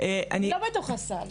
היא לא בתוך הסל,